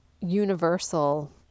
universal